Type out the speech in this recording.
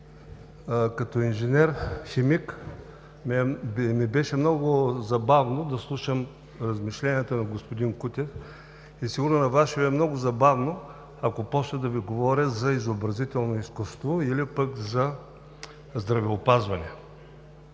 Като инженер-химик ми беше много забавно да слушам размишленията на господин Кутев. Сигурно на Вас ще Ви е много забавно, ако започна да Ви говоря за изобразително изкуство или пък за здравеопазване.